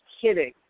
kidding